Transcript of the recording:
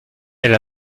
elle